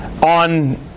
on